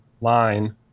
line